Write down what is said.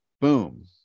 boom